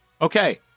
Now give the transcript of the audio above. Okay